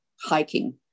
hiking